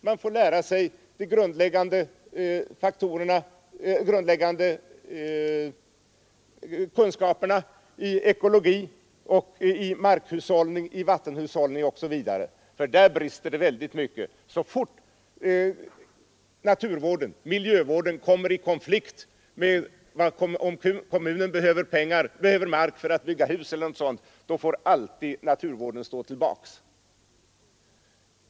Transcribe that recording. Man får lära sig de grundläggande sakerna om ekologi och markhushållning, vattenhushållning osv. På dessa områden brister det mycket hos oss. Så fort miljövården eller naturvården kommer i konflikt med kommunens behov av mark för att bygga hus eller sådant, får alltid naturvården stå tillbaka.